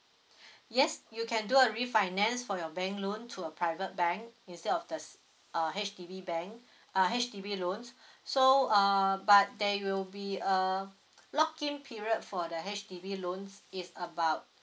yes you can do a refinance for your bank loan to a private bank instead of the uh H_D_B bank uh H_D_B loans so uh but there will be uh lock in period for the H_D_B loans is about